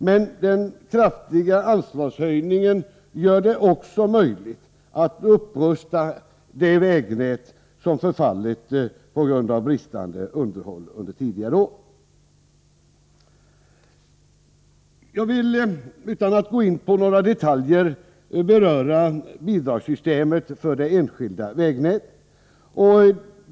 Men den kraftiga anslagshöjningen gör det också möjligt att upprusta det vägnät som förfallit på grund av bristande underhåll under tidigare år. Jag vill, utan att gå in på några detaljer, beröra bidragssystemet för det enskilda vägnätet.